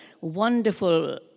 wonderful